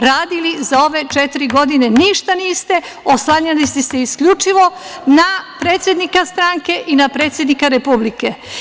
Radili za ove četiri godine ništa niste, oslanjali ste se isključivo na predsednika stranke i na predsednika Republike.